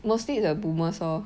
mostly in the boomers lor